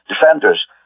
defenders